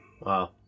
wow